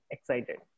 Excited